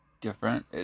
different